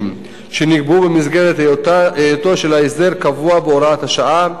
שנקבעו במסגרת היותו של ההסדר קבוע בהוראת שעה,